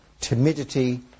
timidity